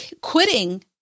Quitting